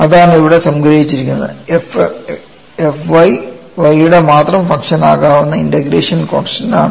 അതാണ് ഇവിടെ സംഗ്രഹിച്ചിരിക്കുന്നത് f y യുടെ മാത്രം ഫംഗ്ഷൻ ആകാവുന്ന ഇൻറഗ്രേഷൻ കോൺസ്റ്റൻസ് ആണ്